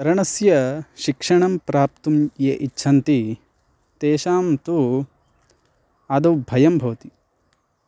तरणस्य शिक्षणं प्राप्तुं ये इच्छन्ति तेषां तु आदौ भयं भवति